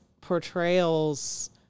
portrayals